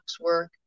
work